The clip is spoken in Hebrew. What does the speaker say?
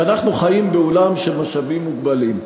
שאנחנו חיים בעולם של משאבים מוגבלים.